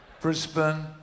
Brisbane